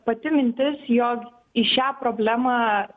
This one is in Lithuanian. pati mintis jog į šią problemą